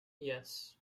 yes